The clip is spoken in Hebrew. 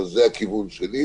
זה הכיוון שלי,